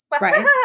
Right